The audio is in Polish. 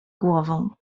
głową